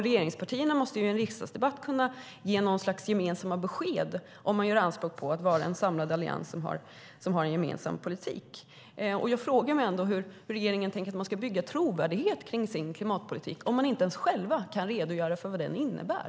Regeringspartierna måste i en riksdagsdebatt kunna ge något slags gemensamt besked om man gör anspråk på att vara en samlad allians som har en gemensam politik. Jag frågar mig hur regeringen har tänkt sig bygga trovärdighet kring sin klimatpolitik om man inte själv kan redogöra för vad den innebär.